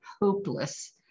hopeless